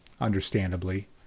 understandably